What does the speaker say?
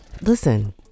Listen